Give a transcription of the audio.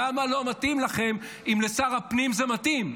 למה לא מתאים לכם אם לשר הפנים זה מתאים?